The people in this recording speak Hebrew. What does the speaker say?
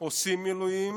עושים מילואים